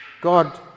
God